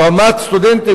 לעומת סטודנטים